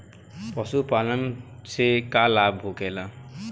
पशुपालन से का लाभ होखेला?